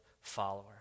follower